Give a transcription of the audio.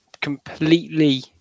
completely